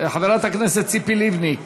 חברת הכנסת ציפי לבני,